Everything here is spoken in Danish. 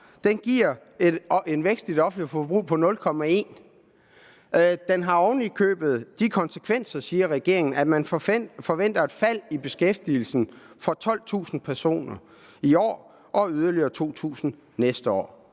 Den giver en vækst i det offentlige forbrug på 0,1 pct. Den har oven i købet de konsekvenser, siger regeringen, at man forventer et fald i beskæftigelsen på 12.000 personer i år og yderligere 2.000 personer